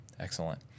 Excellent